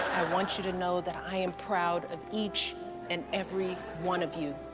i want you to know that i am proud of each and every one of you.